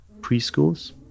preschools